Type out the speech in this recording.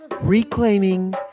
Reclaiming